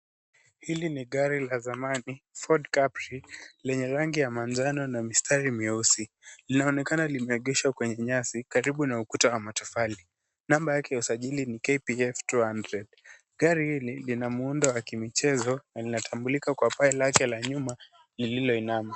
Hili ni gari la zamani, Ford Capri, lenye rangi ya manjano na mistari meusi. Linaonekana limeegeshwa kwenye nyasi karibu na ukuta wa matofali. Namba yake ya usajili ni KPF 200 . Gari hili lina muundo wa kimichezo linatambulika kwa paa lake la nyuma lililoinama.